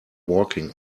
walking